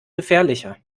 gefährlicher